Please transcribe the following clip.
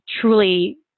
truly